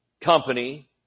company